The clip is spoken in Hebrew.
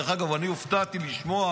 דרך אגב, אני הופתעתי לשמוע